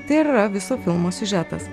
tai ir yra viso filmo siužetas